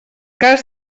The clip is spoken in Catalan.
cas